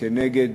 כנגד